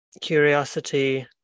curiosity